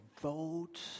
vote